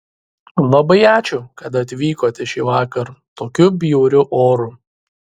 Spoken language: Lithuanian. labai ačiū kad atvykote šįvakar tokiu bjauriu oru